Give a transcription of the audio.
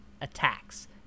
attacks